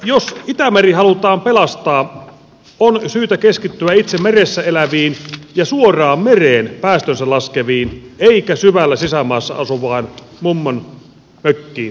jos itämeri halutaan pelastaa on syytä keskittyä itse meressä eläviin ja suoraan mereen päästönsä laskeviin eikä syvällä sisämaassa asuvaan mökinmummoon